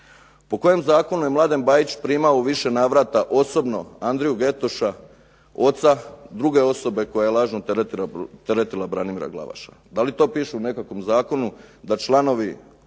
Po kojem zakonu je Mladen Bajić primao u više navrata osobno Andriju Getoša, oca druge osobe koja je lažno teretila Branimira Glavaša? Da li to piše u nekakvom zakonu da članovi